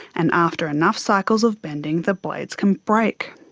and after enough cycles of bending, the blades can break,